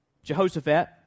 Jehoshaphat